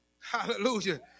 Hallelujah